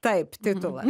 taip titulą